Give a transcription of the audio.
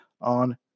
on